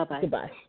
Goodbye